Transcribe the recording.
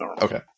Okay